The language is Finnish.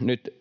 nyt